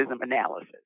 analysis